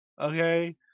Okay